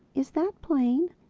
is that plain?